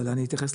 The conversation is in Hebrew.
אבל אני אתייחס.